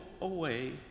AWAY